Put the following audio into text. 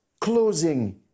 closing